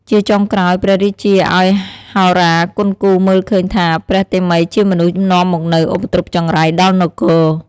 ជាចុងក្រោយ ព្រះរាជាឲ្យហោរាគន់គូរមើលឃើញថា ព្រះតេមិយជាមនុស្សនាំមកនូវឧបទ្រពចង្រៃដល់នគរ។